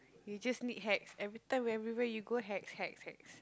you just need hacks every time everywhere you go hacks hacks hacks